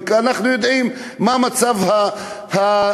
ואנחנו יודעים מה מצב החינוך,